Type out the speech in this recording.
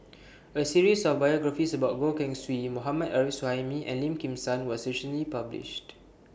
A series of biographies about Goh Keng Swee Mohammad Arif Suhaimi and Lim Kim San was recently published